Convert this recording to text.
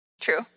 true